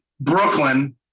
Brooklyn